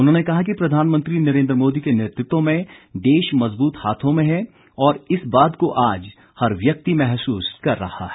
उन्होंने कहा कि प्रधानमंत्री नरेन्द्र मोदी के नेतृत्व में देश मजबूत हाथों में है और इस बात को आज हर व्यक्ति महसूस कर रहा है